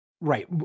Right